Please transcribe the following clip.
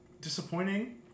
disappointing